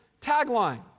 tagline